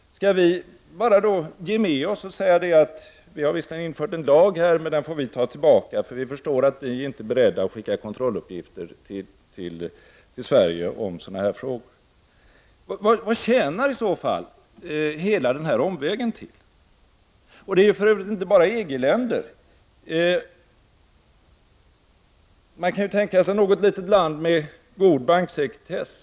Skall vi bara ge med oss och säga att vi visserligen har infört en lag, men den får vi ta tillbaka, för vi förstår att ni inte är beredda att skicka kontrolluppgifter till Sverige om sådana här frågor. Vad tjänar i så fall hela denna omväg till? Detta gäller för övrigt inte bara EG-länder. Man kan tänka sig något litet land med god banksekretess.